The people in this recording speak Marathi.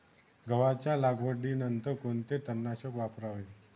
गव्हाच्या लागवडीनंतर कोणते तणनाशक वापरावे?